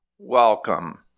Welcome